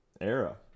era